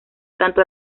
tanto